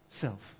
self